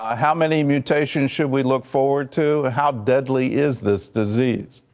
ah how many mutations should we look forward to, how deadly is this disease?